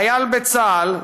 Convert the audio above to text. חייל בצה"ל,